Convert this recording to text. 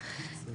סליחה, כן.